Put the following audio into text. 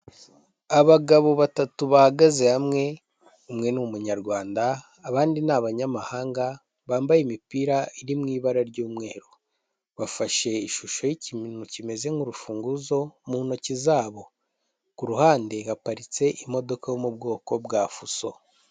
Abagabo batatu bahagaze hamwe, umwe ni umunyarwanda, abandi ni abanyamahanga, bambaye imipira iri mu ibara ry'umweru, bafashe ishusho y'ikintu kimeze nk'urufunguzo mu ntoki zabo, ku ruhande haparitse imodoka yo mu bwoko bwa fuso.